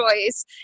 choice